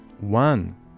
one